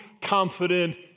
confident